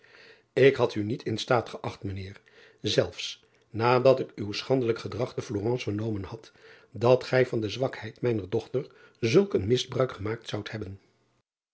k had u niet in staat geacht mijn eer zelfs nadat ik uw schandelijk gedrag te lorence vernomen had dat gij van de zwakheid mijner dochter zulk een misbruik gemaakt zoudt hebben